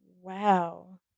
wow